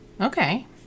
okay